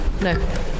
No